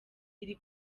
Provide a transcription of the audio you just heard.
iri